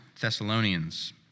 Thessalonians